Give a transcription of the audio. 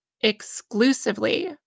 exclusively